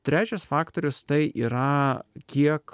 trečias faktorius tai yra kiek